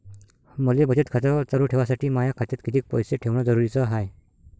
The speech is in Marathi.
मले बचत खातं चालू ठेवासाठी माया खात्यात कितीक पैसे ठेवण जरुरीच हाय?